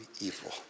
evil